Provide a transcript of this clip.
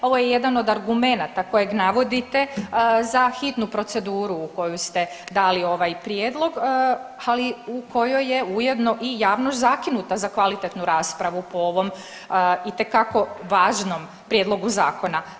Ovo je jedan od argumenata kojeg navodite za hitnu proceduru u koju ste dali ovaj prijedlog, ali u kojoj je ujedno i javno zakinuta za kvalitetnu raspravu po ovom itekako važnom prijedlogu Zakona.